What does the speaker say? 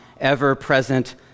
ever-present